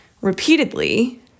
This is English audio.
repeatedly